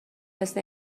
مثل